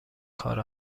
کار